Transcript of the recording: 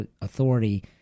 authority